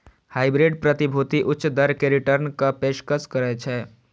hybrid प्रतिभूति उच्च दर मे रिटर्नक पेशकश करै छै